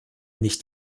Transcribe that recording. nicht